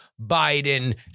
Biden